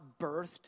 birthed